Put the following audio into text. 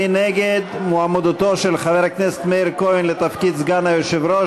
מי נגד מועמדותו של חבר הכנסת מאיר כהן לתפקיד סגן היושב-ראש?